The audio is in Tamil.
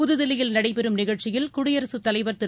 புதுதில்லியில் நடைபெறும் நிகழ்ச்சியில் குடியரசுத் தலைவர் திரு